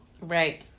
Right